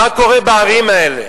מה קורה בערים האלה?